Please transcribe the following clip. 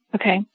okay